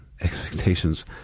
expectations